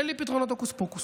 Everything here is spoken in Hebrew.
אין לי פתרונות הוקוס-פוקוס.